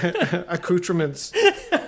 accoutrements